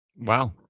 Wow